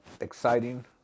exciting